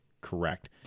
correct